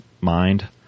mind